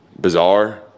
bizarre